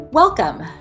Welcome